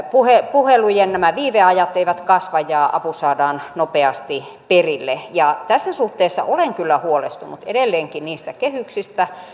puhelujen viiveajat eivät kasva ja apu saadaan nopeasti perille tässä suhteessa olen kyllä huolestunut edelleenkin niistä kehyksistä